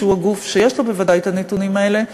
שהוא הגוף שיש לו בוודאי את הנתונים האלה,